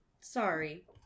Sorry